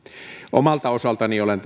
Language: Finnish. omalta osaltani olen